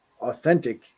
authentic